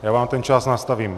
Já vám ten čas nastavím.